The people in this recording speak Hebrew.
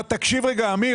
תקשיב, רגע, אמיר.